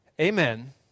amen